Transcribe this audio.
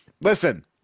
listen